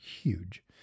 huge